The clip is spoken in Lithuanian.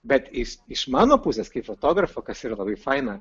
bet iš iš mano pusės kaip fotografo kas yra labai faina